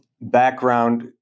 background